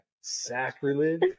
sacrilege